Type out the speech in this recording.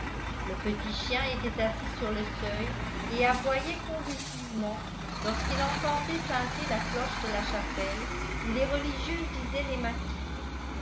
le petit chien était assis sur le seuil et aboyait convulsivement lorsqu'il entendait tinter la cloche de la chapelle où les religieuses disaient les matines